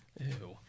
Ew